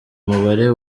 umubare